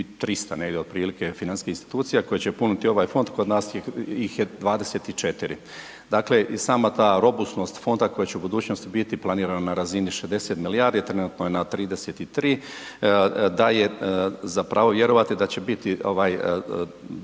1.300 negdje otprilike financijskih institucija koje će puniti ovaj fond kod nas ih je 24. Dakle i sama ta robusnost fonda koje će u budućnosti biti planiran na razini 60 milijardi trenutno je 33 daje za pravo vjerovati da će biti ovaj